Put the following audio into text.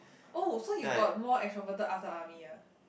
oh so you got more extroverted after army ah